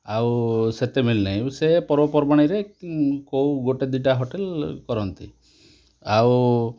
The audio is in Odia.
ଆଉ ସେତେ ମିଲେ ନାହିଁ ସେ ପର୍ବପର୍ବାଣୀ ରେ କେଉଁ ଗୋଟେ ଦୁଇଟା ହୋଟେଲ କରନ୍ତି ଆଉ